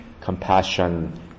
compassion